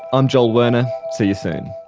i'm joel werner. see you soon